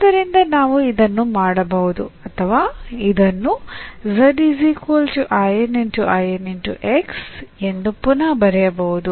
ಆದ್ದರಿಂದ ನಾವು ಇದನ್ನು ಮಾಡಬಹುದು ಅಥವಾ ಇದನ್ನುಎಂದು ಪುನಃ ಬರೆಯಬಹುದು